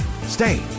Stay